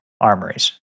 armories